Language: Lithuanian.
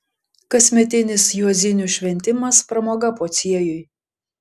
kasmetinis juozinių šventimas pramoga pociejui